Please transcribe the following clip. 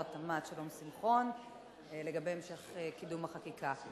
התמ"ת שלום שמחון לגבי המשך קידום החקיקה.